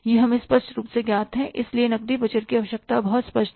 यह हमें स्पष्ट रूप से ज्ञात है और इसलिए नकदी बजट की आवश्यकता बहुत स्पष्ट है